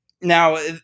now